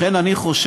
לכן אני חושב